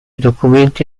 documenti